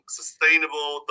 sustainable